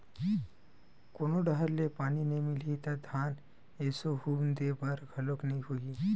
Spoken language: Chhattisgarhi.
कोनो डहर ले पानी नइ मिलही त धान एसो हुम दे बर घलोक नइ होही